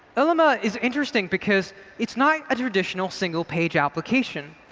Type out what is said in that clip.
eleme is interesting because it's not a traditional single-page application.